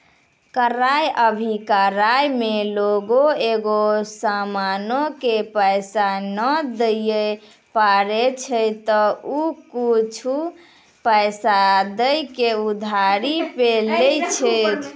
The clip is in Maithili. क्रय अभिक्रय मे लोगें एगो समानो के पैसा नै दिये पारै छै त उ कुछु पैसा दै के उधारी पे लै छै